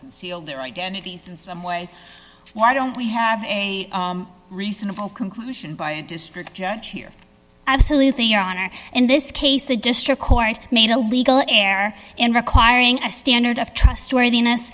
sealed their identities some way why don't we have a reasonable conclusion by a district judge here absolutely your honor in this case the district court made a legal air in requiring a standard of trustworthiness